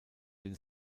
den